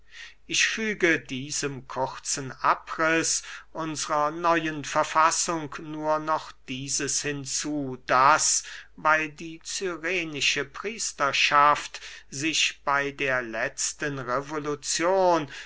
ich füge diesem kurzen abriß unsrer neuen verfassung nur noch dieses hinzu daß weil die cyrenische priesterschaft sich bey der letzten revoluzion